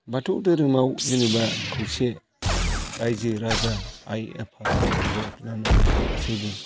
बाथौ धोरोमाव जेनेबा खौसे रायजो राजा आइ आफा बिब' बिनानाव गासैबो